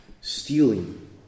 Stealing